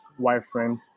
wireframes